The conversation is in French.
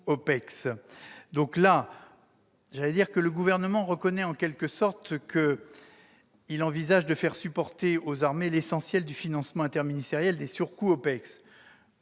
de la même logique. Le Gouvernement reconnaît en quelque sorte qu'il envisage de faire supporter aux armées l'essentiel du financement interministériel de ces surcoûts.